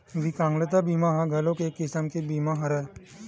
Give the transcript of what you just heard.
बिकलांगता बीमा ह घलोक एक किसम के बीमा हरय